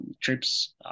trips